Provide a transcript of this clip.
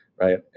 right